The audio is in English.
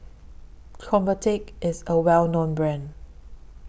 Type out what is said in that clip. Convatec IS A Well known Brand